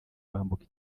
bambuka